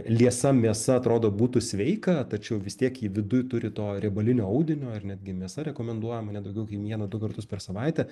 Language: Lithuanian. liesa mėsa atrodo būtų sveika tačiau vis tiek ji viduj turi to riebalinio audinio ir netgi mėsa rekomenduojama ne daugiau vieną du kartus per savaitę